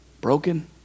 Broken